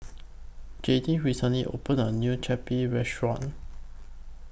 Jadiel recently opened A New Chapati Restaurant